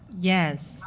yes